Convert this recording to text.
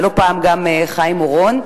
ולא פעם גם חיים אורון,